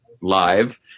live